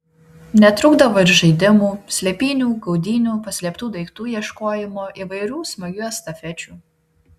netrūkdavo ir žaidimų slėpynių gaudynių paslėptų daiktų ieškojimo įvairių smagių estafečių